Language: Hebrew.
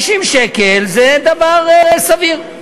50 שקל זה דבר סביר.